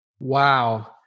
Wow